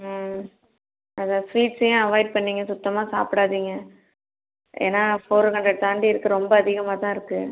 ம் அதான் ஸ்வீட்சையும் அவாய்ட் பண்ணிங்க சுத்தமாக சாப்பிடாதிங்க ஏன்னா ஃபோர் ஹண்ட்ரெட் தாண்டி இருக்கு ரொம்ப அதிகமாகத்தான் இருக்கு